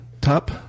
top